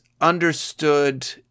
understood